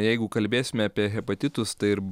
jeigu kalbėsime apie hepatitus tai ir